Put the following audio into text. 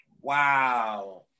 Wow